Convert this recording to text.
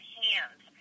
hands